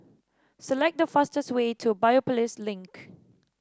select the fastest way to Biopolis Link